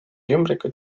ümbrikuid